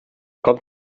kommt